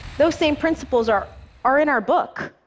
those same principles are are in our book.